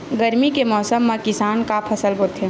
गरमी के मौसम मा किसान का फसल बोथे?